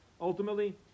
Ultimately